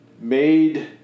made